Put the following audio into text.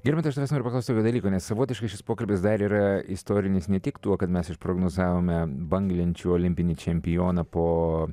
girmantai aš tavęs noriu paklausti tokio dalyko nes savotiškai šis pokalbis dar yra istorinis ne tik tuo kad mes išprognozavome banglenčių olimpinį čempioną po